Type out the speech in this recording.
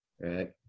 Right